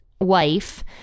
wife